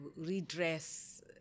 redress